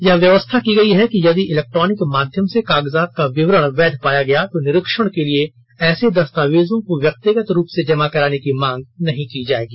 यह व्यवस्था की गई है कि यदि इलेक्ट्रानिक माध्यम से कागजात का विवरण वैध पाया गया तो निरीक्षण के लिए ऐसे दस्तावेजों को व्यक्तिगत रूप से जमा कराने की मांग नहीं की जाएगी